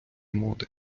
моди